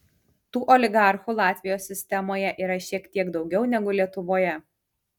tų oligarchų latvijos sistemoje yra šiek tiek daugiau negu lietuvoje